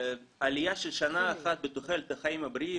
עלייה של שנה אחת בתוחלת החיים הבריאים,